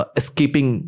escaping